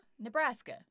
Nebraska